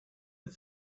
and